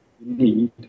need